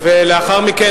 לאחר מכן,